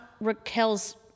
Raquel's